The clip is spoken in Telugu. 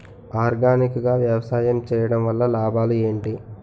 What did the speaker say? ఆర్గానిక్ గా వ్యవసాయం చేయడం వల్ల లాభాలు ఏంటి?